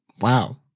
wow